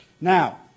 Now